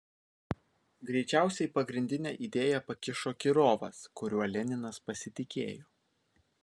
greičiausiai pagrindinę idėją pakišo kirovas kuriuo leninas pasitikėjo